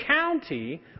county